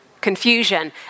confusion